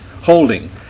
Holding